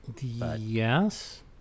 Yes